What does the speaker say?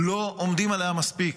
לא עומדים עליה מספיק.